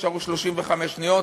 נשארו 35 שניות,